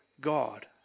God